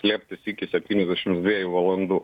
slėptis iki septyniasdešims dviejų valandų